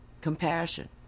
compassion